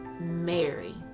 Mary